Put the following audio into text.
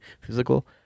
physical